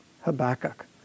Habakkuk